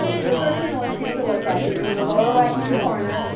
so the first thing i want you to look at is in the lower right hand corner,